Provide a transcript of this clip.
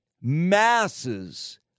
masses